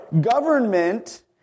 government